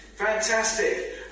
Fantastic